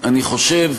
אני חושב,